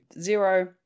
zero